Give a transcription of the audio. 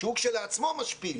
שהוא כשלעצמו משפיל.